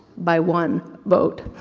by one vote,